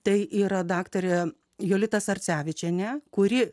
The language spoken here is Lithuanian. tai yra daktarė jolita sarcevičienė kuri